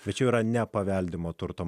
tačiau yra ne paveldimo turto